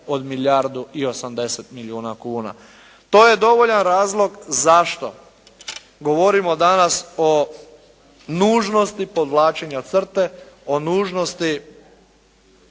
od milijardu i 80 milijuna kuna. To je dovoljan razlog zašto govorimo danas o nužnosti podvlačenja crte, o nužnosti